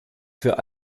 für